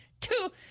Two